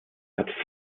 hat